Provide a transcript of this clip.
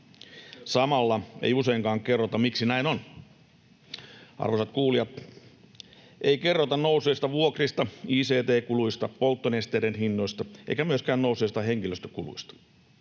Samalla ei useinkaan kerrota, miksi näin on. Arvoisat kuulijat, ei kerrota nousseista vuokrista, ict-kuluista, polttonesteiden hinnoista eikä myöskään nousseista henkilöstökuluista.